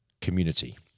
community